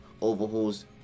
Overhaul's